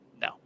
No